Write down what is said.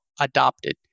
adopted